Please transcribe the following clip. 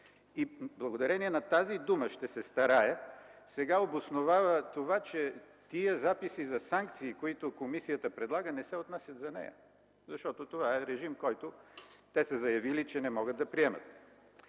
Благодарение на тези думи „ще се стараят”, сега обосновава това, че тези записи за санкции, които Комисията предлага, не се отнасят за нея, защото това е режим, който те са заявили, че не могат да приемат.